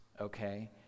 Okay